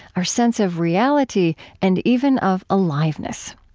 our sense of reality and even of aliveness.